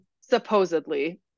Supposedly